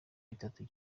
bitatu